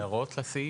הערות לסעיף?